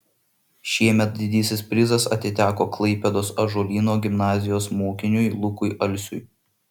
šiemet didysis prizas atiteko klaipėdos ąžuolyno gimnazijos mokiniui lukui alsiui